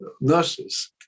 nurses